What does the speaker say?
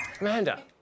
Amanda